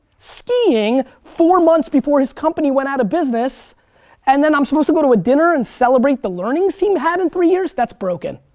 skiing, four months before his company went outta business and then i'm supposed to go to a dinner and celebrate the learnings he had in three years? that's broken.